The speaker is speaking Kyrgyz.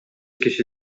киши